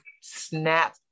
snap